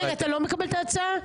אתה לא מקבל את ההצעה?